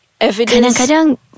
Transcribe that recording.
evidence